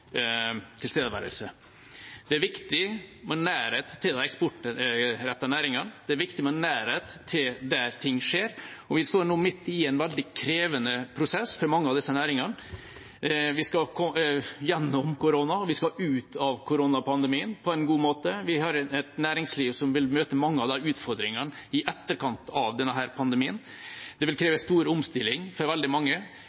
tilstedeværelse. Det er viktig med nærhet til de eksportrettede næringene. Det er viktig med nærhet til der ting skjer. Vi står nå midt i en veldig krevende prosess for mange av disse næringene. Vi skal gjennom koronapandemien, og vi skal ut av koronapandemien på en god måte. Vi har et næringsliv som vil møte mange av de utfordringene i etterkant av denne pandemien. Det vil